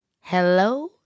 Hello